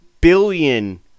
billion